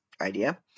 idea